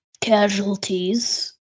Casualties